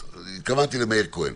התכוונתי למאיר כהן.